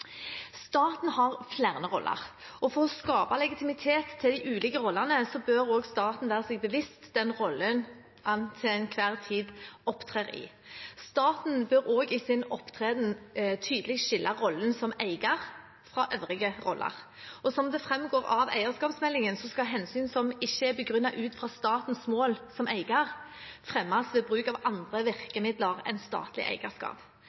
Staten har flere roller. For å skape legitimitet til de ulike rollene bør staten være seg bevisst den rollen den til enhver tid opptrer i. Staten bør også i sin opptreden tydelig skille rollen som eier fra øvrige roller. Som det framgår av eierskapsmeldingen, skal hensyn som ikke er begrunnet ut fra statens mål som eier, fremmes ved bruk av andre virkemidler enn statlig eierskap.